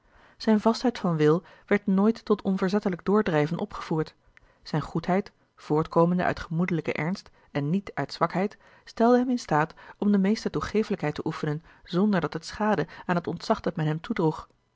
zijne vastheid van wil werd nooit tot onverzettelijk doordrijven opgevoerd zijne goedheid voortkomende uit gemoedelijken ernst en niet uit zwakheid stelde hem in staat om de meeste toegeeflijkheid te oefenen zonderdat het schaadde aan het ontzag dat men hem